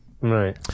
Right